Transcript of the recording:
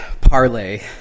parlay